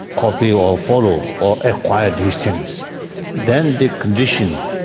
copy or follow or acquire these things then the condition,